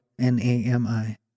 N-A-M-I